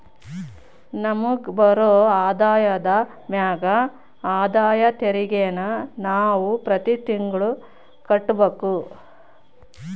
ನಮಿಗ್ ಬರೋ ಆದಾಯದ ಮ್ಯಾಗ ಆದಾಯ ತೆರಿಗೆನ ನಾವು ಪ್ರತಿ ತಿಂಗ್ಳು ಕಟ್ಬಕು